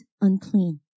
unclean